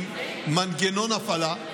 עם מנגנון הפעלה.